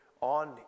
on